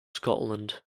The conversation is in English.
scotland